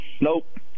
Nope